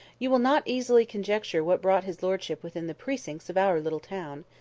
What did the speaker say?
you will not easily conjecture what brought his lordship within the precincts of our little town.